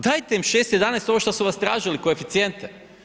Dajte im 6,11, ovo što su vas tražili koeficijente.